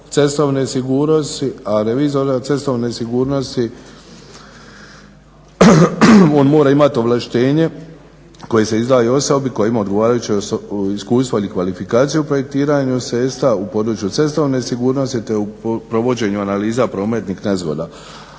cestovne sigurnosti, a revizora cestovne sigurnosti on mora imati ovlaštenje koje se izdaje osobi koja ima odgovarajuće iskustvo ili kvalifikaciju u projektiranju sredstva u području cestovne sigurnosti, te u provođenju analiza prometnih nezgoda,